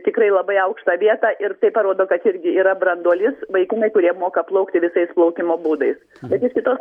tikrai labai aukštą vietą ir tai parodo kad irgi yra branduolys vaikinai kurie moka plaukti visais plaukimo būdais bet iš kitos pusės